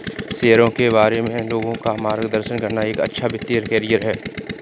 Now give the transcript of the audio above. शेयरों के बारे में लोगों का मार्गदर्शन करना एक अच्छा वित्तीय करियर है